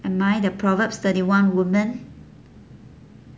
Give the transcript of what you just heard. am I the proverbs thirty one woman